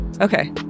Okay